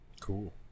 Cool